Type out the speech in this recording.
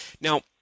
Now